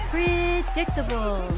Predictable